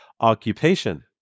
occupation